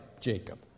Jacob